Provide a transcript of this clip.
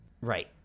Right